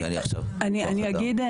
אני אגיד.